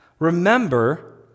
Remember